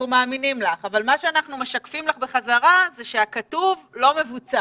מאמינים לך שזה כתוב אבל אנחנו משקפים לך בחזרה שהכתוב לא מבוצע.